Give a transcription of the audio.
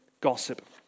gossip